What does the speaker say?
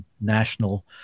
national